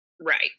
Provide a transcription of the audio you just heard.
Right